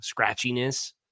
scratchiness